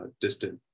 distant